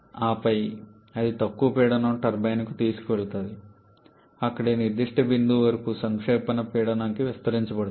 ఆపై అది తక్కువ పీడనం టర్బైన్కు తీసుకువెళుతుంది అక్కడ ఈ నిర్దిష్ట బిందువు వరకు సంక్షేపణ పీడనం కి విస్తరించబడుతుంది